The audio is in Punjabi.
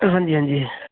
ਹਾਂਜੀ ਹਾਂਜੀ